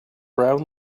brown